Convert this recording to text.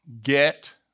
get